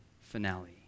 finale